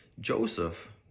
Joseph